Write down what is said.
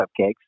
cupcakes